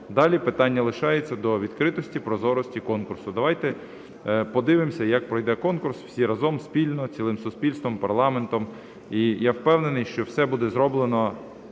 Далі питання лишається до відкритості, прозорості конкурсу. Давайте подивимося, як пройде конкурс, всі разом, спільно, цілим суспільством, парламентом. І я впевнений, що все буде зроблено